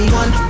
one